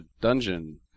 dungeon